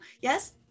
Yes